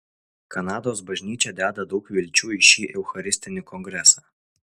kanados bažnyčia deda daug vilčių į šį eucharistinį kongresą